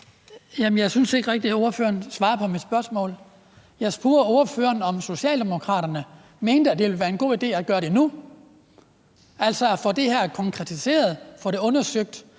Jeg synes ikke rigtig, at ordføreren svarede på mit spørgsmål. Jeg spurgte ordføreren, om Socialdemokraterne mente, at det ville være en god idé at gøre det nu, altså at få det her konkretiseret og undersøgt.